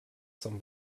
zum